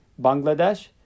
Bangladesh